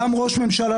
ראש ממשלה,